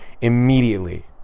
immediately